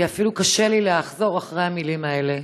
כי אפילו קשה לי לחזור על המילים האלה: